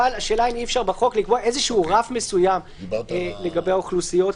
השאלה אם אי-אפשר בחוק לקבוע רף מסוים לגבי האוכלוסיות.